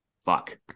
fuck